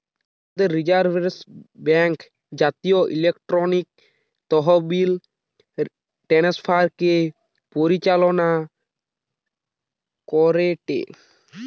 ভারতের reserve bank জাতীয় electronic তহবিল ট্রান্সফার কে পরিচালনা করেটে